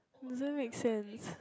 doesn't make sense